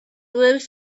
lives